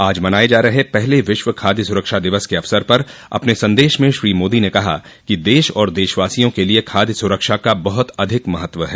आज मनाए जा रहे पहले विश्व खाद्य सुरक्षा दिवस के अवसर पर अपने संदेश में श्री मोदी ने कहा कि देश और देशवासियों के लिए खाद्य सुरक्षा का बहुत अधिक महत्व है